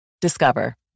Discover